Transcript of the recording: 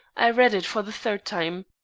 i read it for the third time.